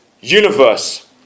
universe